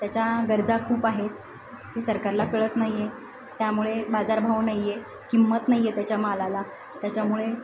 त्याच्या गरजा खूप आहेत हे सरकारला कळत नाही आहे त्यामुळे बाजारभाव नाही आहे किंमत नाही आहे त्याच्या मालाला त्याच्यामुळे